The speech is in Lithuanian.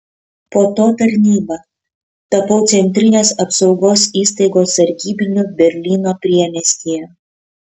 po to tarnyba tapau centrinės apsaugos įstaigos sargybiniu berlyno priemiestyje